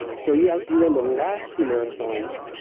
so, yeah you were in the last two marathons